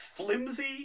Flimsy